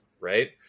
right